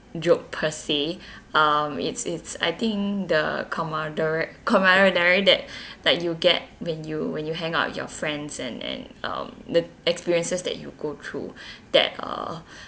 joke per se um it's it's I think the camarader~ camaraderie that like you get when you when you hang out with your friends and and um the experiences that you go through that uh